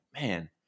man